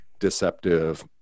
deceptive